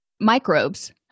microbes